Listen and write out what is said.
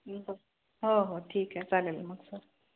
हो हो ठीक आहे चालेल मग